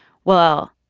well,